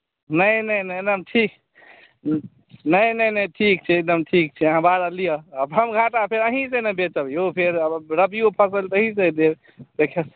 नहि नहि नहि एकदम ठीक नहि नहि नहि ठीक छै एकदम ठीक छै अहाँ बारह लियऽ हम घाटा फेर अहीँसँ ने बेचब यौ फेर रबियो फसल तऽ अहीँके देब फेर